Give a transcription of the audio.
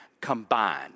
combined